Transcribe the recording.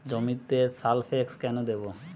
জমিতে সালফেক্স কেন দেবো?